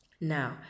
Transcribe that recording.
now